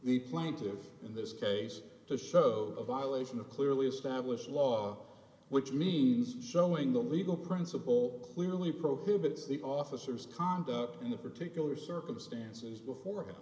the plaintiffs in this case to show a violation of clearly established law which means showing the legal principle clearly prohibits the officers cond up in the particular circumstances before